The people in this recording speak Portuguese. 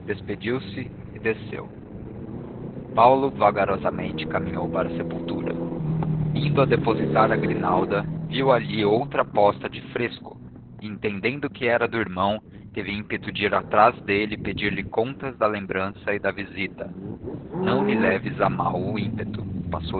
despediu-se e desceu paulo vagarosamente caminhou para a sepultura indo a depositar a grinalda viu ali outra posta de fresco e entendendo que era do irmão teve ímpeto de ir atrás dele e pedir-lhe contas da lembrança e da visita não lhe leves a mal o ímpeto passou